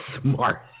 Smart